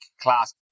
class